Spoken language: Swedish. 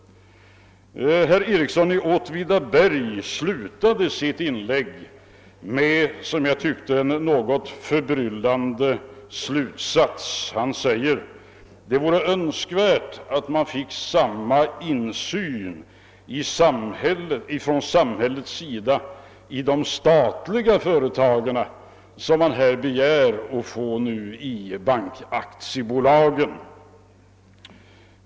Herr Ericsson i Åtvidaberg slutade sitt inlägg med att dra en — som jag tyckte — något förbryllande slutsats. Han sade att det vore önskvärt att få samma insyn från samhällets sida i de statliga företagen som man här begär att få i bankaktiebolagen.